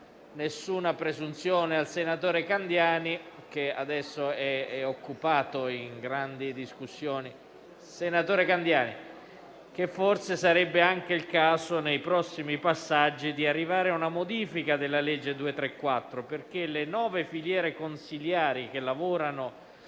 nessuna presunzione al senatore Candiani - che adesso è occupato in grandi discussioni - che forse sarebbe anche il caso, nei prossimi passaggi, di arrivare a una modifica della legge n. 234 del 2012, perché le nove filiere consiliari che lavorano